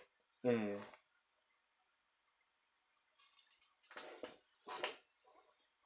mm